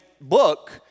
book